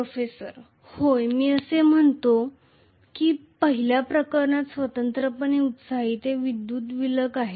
professor होय मी असे म्हणतो आहे की पहिल्या प्रकरणात स्वतंत्रपणे एक्साइटेड ते विद्युत विलग आहेत